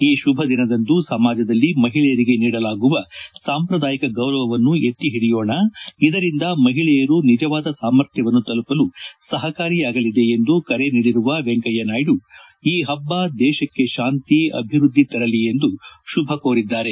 ಈ ಶುಭದಿನದಂದು ಸಮಾಜದಲ್ಲಿ ಮಹಿಳೆಯರಿಗೆ ನೀಡಲಾಗುವ ಸಾಂಪ್ರದಾಯಿಕ ಗೌರವವನ್ನು ಎತ್ತಿಹಿಡಿಯೋಣ ಇದರಿಂದ ಮಹಿಳೆಯರ ನಿಜವಾದ ಸಾಮರ್ಥ್ಯವನ್ನು ತಲುಪಲು ಸಹಕಾರಿಯಾಗಲಿದೆ ಎಂದು ಕರೆ ನೀಡಿರುವ ವೆಂಕಯ್ವನಾಯ್ದು ಈ ಪಬ್ದ ದೇಶಕ್ಕೆ ಶಾಂತಿ ಅಭಿವೃದ್ಧಿ ತರಲಿ ಎಂದು ಶುಭಾಶಯ ಕೋರಿದ್ದಾರೆ